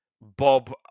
Bob